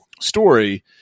story